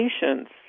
patients